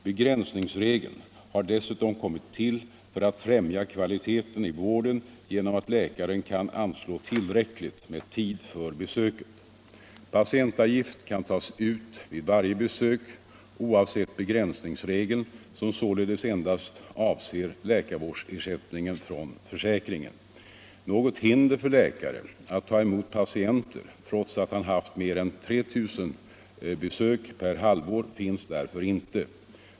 Begränsningsregeln har dessutom kommit till för att främja kvaliteten i vården genom att läkaren kan anslå tillräckligt med tid för besöket. Patientavgift kan tas ut vid varje besök oavsett begränsningsregeln, som således endast avser läkarvårdsersättningen från försäkringen. Något hinder för läkare att ta emot patienter trots att han haft mer än 3 000 besök per halvår finns därför inte.